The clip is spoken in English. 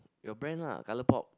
your brand lah colour pop